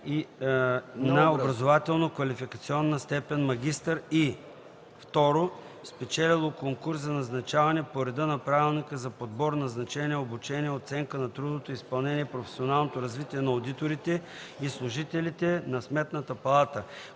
на образователно-квалификационна степен „магистър”, и 2. спечелило конкурс за назначаване по реда на правилника за подбор, назначаване, обучение, оценка на трудовото изпълнение и професионалното развитие на одиторите и служителите на Сметната палата.